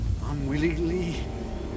unwillingly